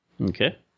Okay